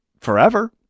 forever